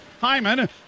Hyman